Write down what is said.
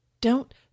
Don't